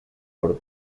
por